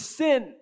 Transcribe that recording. sin